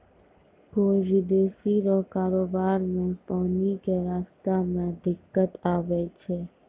कोय विदेशी रो कारोबार मे पानी के रास्ता मे दिक्कत आवै छै